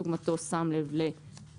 (סוג מטוס) שים לב ל-WAKE